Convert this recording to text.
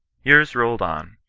years rolled on.